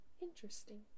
Interesting